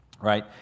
right